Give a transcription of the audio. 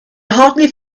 hardly